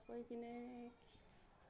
আকৌ এই পিনে এই